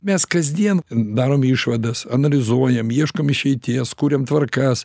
mes kasdien darom išvadas analizuojam ieškom išeities kuriam tvarkas